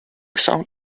sound